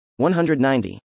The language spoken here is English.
190